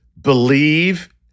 believe